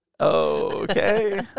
Okay